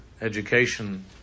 Education